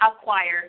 acquire